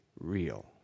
real